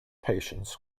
patients